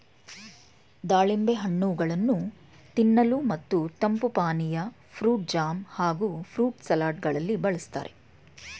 ದಾಳಿಂಬೆ ಹಣ್ಣುಗಳನ್ನು ತಿನ್ನಲು ಮತ್ತು ತಂಪು ಪಾನೀಯ, ಫ್ರೂಟ್ ಜಾಮ್ ಹಾಗೂ ಫ್ರೂಟ್ ಸಲಡ್ ಗಳಲ್ಲಿ ಬಳ್ಸತ್ತರೆ